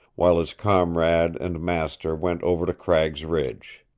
while his comrade and master went over to cragg's ridge.